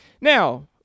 Now